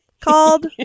called